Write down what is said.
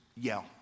yell